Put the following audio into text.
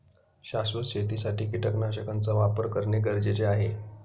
शाश्वत शेतीसाठी कीटकनाशकांचा वापर करणे गरजेचे आहे